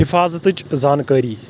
حِفاظتٕچ زانکٲری